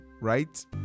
right